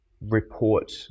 report